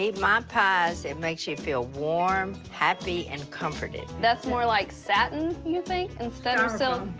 eat my pies, it makes you feel warm, happy, and comforted. that's more like satin, you think, instead of silk?